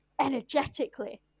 energetically